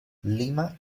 lima